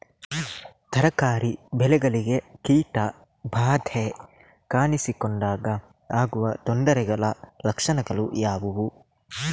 ತರಕಾರಿ ಬೆಳೆಗಳಿಗೆ ಕೀಟ ಬಾಧೆ ಕಾಣಿಸಿಕೊಂಡಾಗ ಆಗುವ ತೊಂದರೆಗಳ ಲಕ್ಷಣಗಳು ಯಾವುವು?